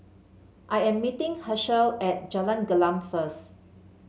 I am meeting Hershel at Jalan Gelam first